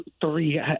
three